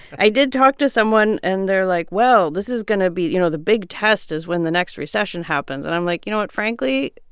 i did talk to someone. and they're like, well, this is going to be you know, the big test is when the next recession happens. and i'm like, you know what? frankly,